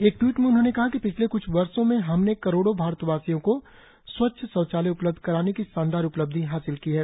एक ट्वीट में उन्होंने कहा कि पिछले क्छ वर्षो में हमने करोडों भारतवासियों को स्वच्छ शौचालय उपलब्ध कराने की शानदार उपलब्धि हासिल की है